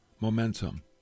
momentum